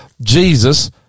Jesus